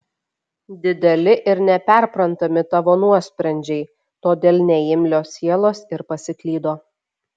dideli ir neperprantami tavo nuosprendžiai todėl neimlios sielos ir pasiklydo